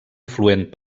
afluent